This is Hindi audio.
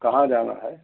कहाँ जाना है